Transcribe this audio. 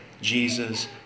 Jesus